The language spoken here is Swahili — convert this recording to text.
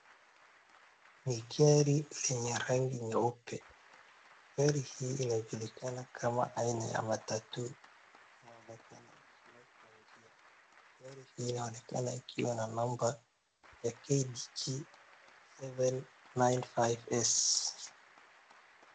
Ni gari lenye rangi nyeupe gari hii inajulikana kama aina ya matatu inaonekana ikiwa kwa njia gari hii inaonekana ikiwa na namba ya KDG s795 S